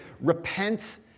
Repent